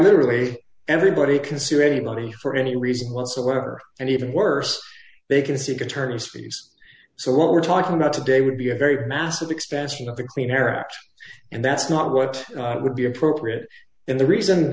literally everybody can sue anybody for any reason whatsoever and even worse they can seek attorneys fees so what we're talking about today would be a very massive expansion of the clean air act and that's not what would be appropriate in the reason